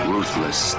Ruthless